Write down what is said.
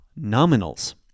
nominals